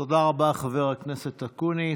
תודה רבה, חבר הכנסת אקוניס.